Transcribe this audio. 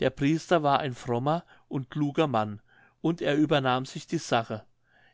der priester war ein frommer und kluger mann und er übernahm sich die sache